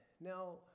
Now